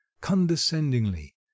condescendingly